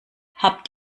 habt